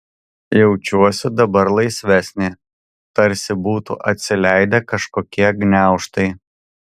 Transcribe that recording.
jaučiuosi dabar laisvesnė tarsi būtų atsileidę kažkokie gniaužtai